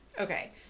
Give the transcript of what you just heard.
Okay